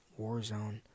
Warzone